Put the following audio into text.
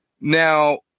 Now